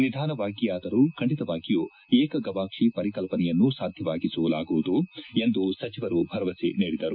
ನಿಧಾನವಾಗಿಯಾದರೂ ಖಂಡಿತವಾಗಿಯೂ ಏಕಗವಾಕ್ಷಿ ಪರಿಕಲ್ಪನೆಯನ್ನು ಸಾಧಿಸಲಾಗುವುದು ಎಂದು ಸಚಿವರು ಭರವಸೆ ನೀಡಿದರು